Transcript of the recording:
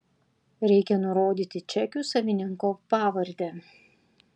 reikia nurodyti čekių savininko pavardę